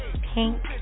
Pink